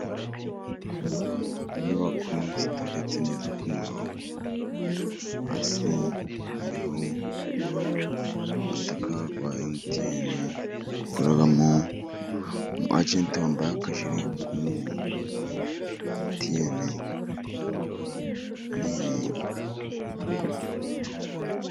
Inyubako ziteretse neza ku murongo, hasi hariho umutaka wa Emutiene ukoreramo umwajenti wambaye akajire k'umuhondo. Emutiene ni ...